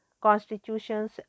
constitutions